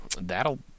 That'll –